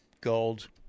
gold